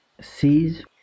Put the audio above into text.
sees